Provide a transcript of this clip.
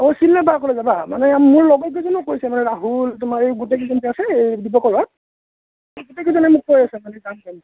অ children পাৰ্কলৈ যাবা মানে মোৰ লগৰ কেইজনেও কৈছে মানে ৰাহুল তোমাৰ এই গোটেইকেইজন যে আছে এই ডিব্ৰুগড়ত এই গোটেইকেইজনে মোক কৈ আছে মানে যাম যামকে